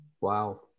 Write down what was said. Wow